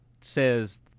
says